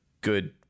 good